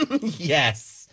yes